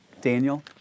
Daniel